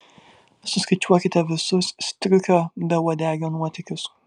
suskaičiuokite visus striukio beuodegio nuotykius